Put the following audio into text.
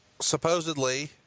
supposedly